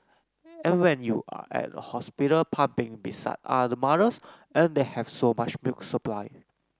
and when you're at the hospital pumping beside other mothers and they have so much milk supply